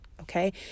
okay